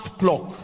clock